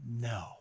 no